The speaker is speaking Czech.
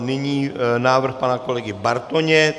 Nyní návrh pana kolegy Bartoně.